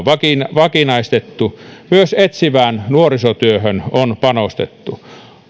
vakinaistettu myös etsivään nuorisotyöhön on panostettu